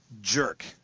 jerk